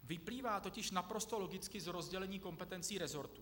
Vyplývá totiž naprosto logicky z rozdělení kompetencí resortů.